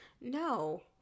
No